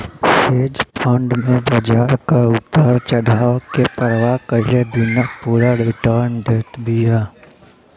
hedge fund में बाजार कअ उतार चढ़ाव के परवाह कईले बिना पूरा रिटर्न देत बिया